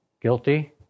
Guilty